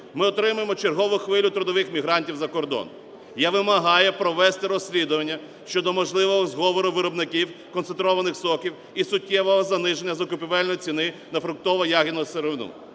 Ми отримаємо чергову хвилю трудових мігрантів за кордон. Я вимагаю провести розслідування щодо можливого зговору виробників концентрованих соків і суттєвого заниження закупівельної ціни на фруктово-ягідну сировину.